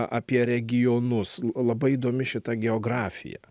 apie regionus labai įdomi šita geografija